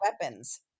weapons